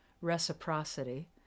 reciprocity